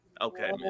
okay